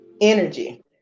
Energy